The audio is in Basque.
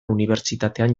unibertsitatean